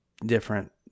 different